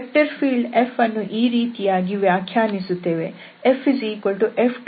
vector field Fಅನ್ನು ಈ ರೀತಿಯಾಗಿ ವ್ಯಾಖ್ಯಾನಿಸುತ್ತೇವೆ FF2xyi F1xyj